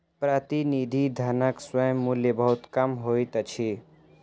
प्रतिनिधि धनक स्वयं मूल्य बहुत कम होइत अछि